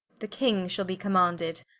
the king shall be commanded,